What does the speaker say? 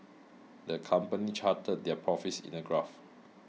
the company charted their profits in a graph